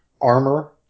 armor